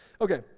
Okay